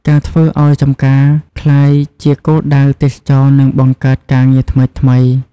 ការធ្វើឱ្យចម្ការក្លាយជាគោលដៅទេសចរណ៍នឹងបង្កើតការងារថ្មីៗ។